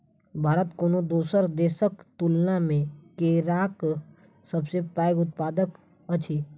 भारत कोनो दोसर देसक तुलना मे केराक सबसे पैघ उत्पादक अछि